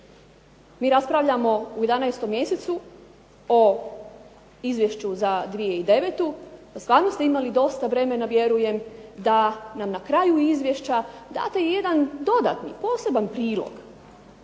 mi raspravljamo u 11. mjesecu o izvješću za 2009., a stvarno ste imali dosta vremena vjerujem da nam na kraju izvješća date i jedan dodatni poseban prilog.